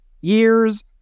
years